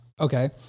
Okay